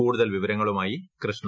കൂടുതൽ വിവരങ്ങളുമായി കൃഷ്ണ